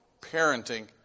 parenting